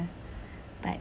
but